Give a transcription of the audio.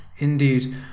Indeed